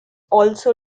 also